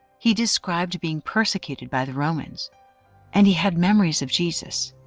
he described being persecuted by the romans and he had memories of jesus.